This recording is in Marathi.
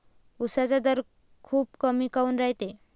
उसाचा दर खूप कमी काऊन रायते?